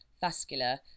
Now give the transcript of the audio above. vascular